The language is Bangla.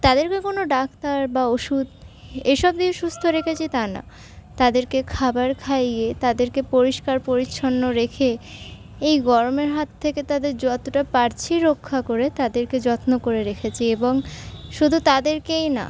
তাদেরকে কোনো ডাক্তার বা ওষুধ এসব দিয়ে সুস্থ রেখেছি তা না তাদেরকে খাবার খাইয়ে তাদেরকে পরিষ্কার পরিচ্ছন্ন রেখে এই গরমের হাত থেকে তাদের যতটা পারছি রক্ষা করে তাদেরকে যত্ন করে রেখেছি এবং শুধু তাদেরকেই না